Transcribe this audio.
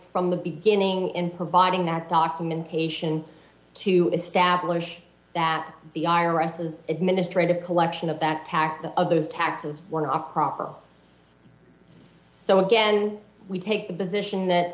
from the beginning in providing that documentation to establish that the i r s is administrative collection of that tack that of those taxes were not proper so again we take the position that